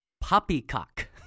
poppycock